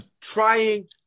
trying